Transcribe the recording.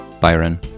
Byron